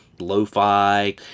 Lo-fi